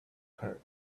her